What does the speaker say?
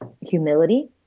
humility